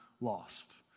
lost